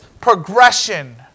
progression